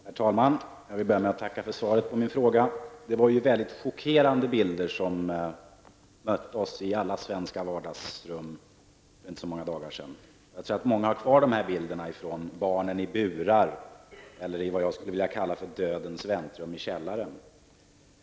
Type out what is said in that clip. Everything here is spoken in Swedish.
Herr talman! Jag vill börja med att tacka för svaret på min fråga. Det var chockerande bilder som mötte oss i alla svenska vardagsrum för inte så många dagar sedan. Jag tror att många minns dessa bilder av barn i burar, eller vad jag skulle vilja kalla för dödens väntrum i källaren.